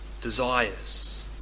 desires